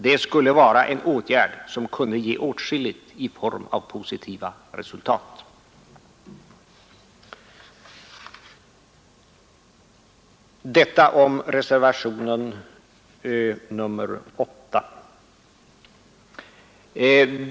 Det skulle vara en åtgärd som kunde ge åtskilligt i form av positiva resultat. Detta om reservationen 8.